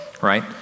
Right